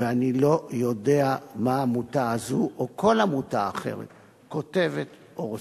ואני לא יודע מה העמותה הזו או כל עמותה אחרת כותבת או עושה.